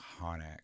iconic